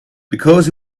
because